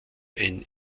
ein